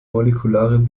molekulare